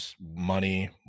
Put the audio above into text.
money